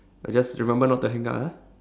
uh just remember not to hang up ah